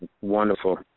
Wonderful